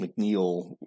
McNeil